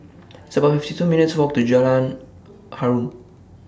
It's about fifty two minutes Walk to Jalan Harum